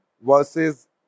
versus